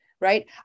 right